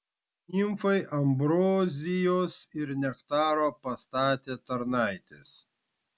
nimfai ambrozijos ir nektaro pastatė tarnaitės